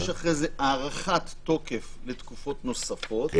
יש אחרי זה הארכת תוקף לתקופות נוספות.